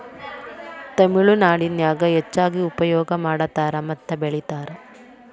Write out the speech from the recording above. ತಮಿಳನಾಡಿನ್ಯಾಗ ಹೆಚ್ಚಾಗಿ ಉಪಯೋಗ ಮಾಡತಾರ ಮತ್ತ ಬೆಳಿತಾರ